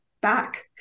back